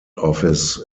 office